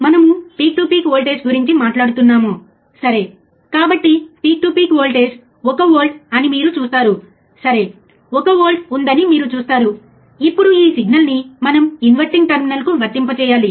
మేము ఇది 4 వ పాయింట్నుఅనగా స్లీవ్ రేటును కొలుస్తున్నాము వోల్టేజ్ ∆V మరియు అవుట్పుట్ వేవ్ఫార్మ్ యొక్క సమయ మార్పు ∆t ను కొలుస్తాము మరియు ఫలితాలను రికార్డ్ చేసి స్లీవ్ రేటును లెక్కించాలి